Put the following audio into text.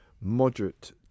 moderate